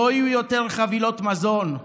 שלא יהיו יותר חבילות מזון,